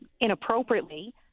inappropriately